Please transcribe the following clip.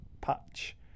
patch